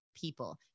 people